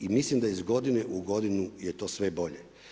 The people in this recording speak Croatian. I mislim da iz godinu u godinu je to sve bolje.